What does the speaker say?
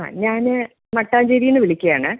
ആ ഞാൻ മട്ടാഞ്ചേരിയിൽ നിന്ന് വിളിക്കുകയാണ്